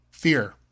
Fear